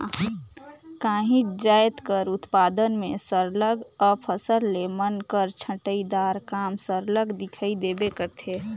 काहींच जाएत कर उत्पादन में सरलग अफसल ले बन कर छंटई दार काम सरलग दिखई देबे करथे